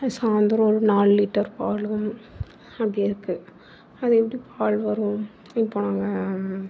சாயந்தரம் ஒரு நாலு லிட்டர் பால் அப்படி இருக்குது அது எப்படி பால் வரும் இப்போது நாங்கள்